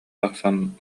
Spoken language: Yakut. тахсан